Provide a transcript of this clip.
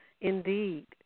Indeed